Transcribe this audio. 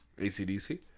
ACDC